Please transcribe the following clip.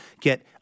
get